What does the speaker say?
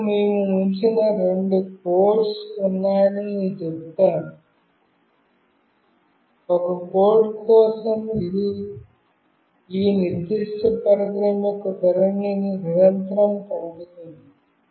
మరియు మేము ఉంచిన రెండు కోడ్స్ ఉన్నాయని నేను చెప్పాను ఒక కోడ్ కోసం ఇది ఈ నిర్దిష్ట పరికరం యొక్క ధోరణిని నిరంతరం పంపుతుంది